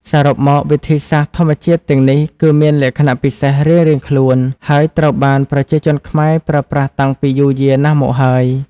សរុបមក វិធីសាស្ត្រធម្មជាតិទាំងនេះគឺមានលក្ខណៈពិសេសរៀងៗខ្លួន ហើយត្រូវបានប្រជាជនខ្មែរប្រើប្រាស់តាំងពីយូរយារណាស់មកហើយ។